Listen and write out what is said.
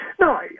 No